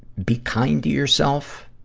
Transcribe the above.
be kind to yourself